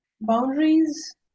boundaries